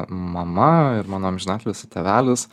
mama ir mano amžiną atilsį tėvelis